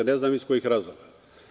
Ne znam iz kojih razloga.